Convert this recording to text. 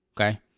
Okay